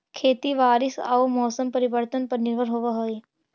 खेती बारिश आऊ मौसम परिवर्तन पर निर्भर होव हई